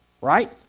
Right